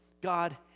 God